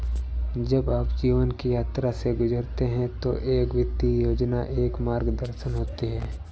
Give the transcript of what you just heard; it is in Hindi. जब आप जीवन की यात्रा से गुजरते हैं तो एक वित्तीय योजना एक मार्गदर्शन होती है